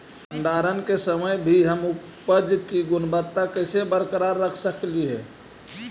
भंडारण के समय भी हम उपज की गुणवत्ता कैसे बरकरार रख सकली हे?